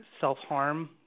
self-harm